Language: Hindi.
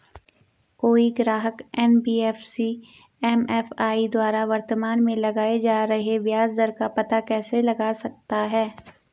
कोई ग्राहक एन.बी.एफ.सी एम.एफ.आई द्वारा वर्तमान में लगाए जा रहे ब्याज दर का पता कैसे लगा सकता है?